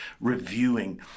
reviewing